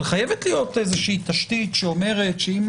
אבל חייבת להיות תשתית שאומרת שאם